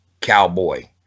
cowboy